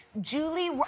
Julie